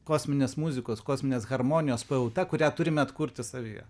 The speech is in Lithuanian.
kosminės muzikos kosminės harmonijos pajauta kurią turime atkurti savyje